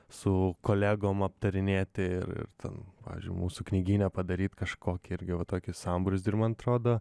su kolegom aptarinėti ir ten pavyzdžiui mūsų knygyne padaryt kažkokį irgi va tokį sambrūzdį ir man atrodo